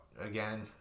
again